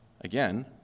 Again